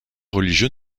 religieux